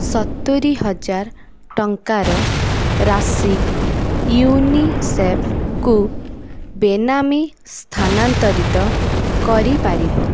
ସତୁରୀ ହଜାର ଟଙ୍କାର ରାଶି ୟୁନିସେଫ୍କୁ ବେନାମୀ ସ୍ଥାନାନ୍ତରିତ କରିପାରିବ